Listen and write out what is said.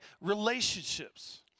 relationships